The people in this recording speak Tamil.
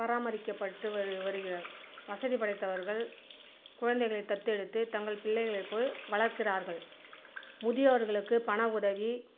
பராமரிக்கப்பட்டு வரு வருக்கிறார் வசதி படைத்தவர்கள் குழந்தைகளை தத்தெடுத்து தங்கள் பிள்ளைகளை போல் வளர்க்கிறார்கள் முதியோர்களுக்கு பண உதவி